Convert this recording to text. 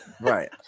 Right